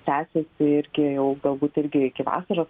tęsiasi irgi jau galbūt irgi iki vasaros